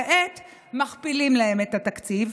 כעת מכפילים להם את התקציב,